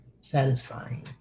satisfying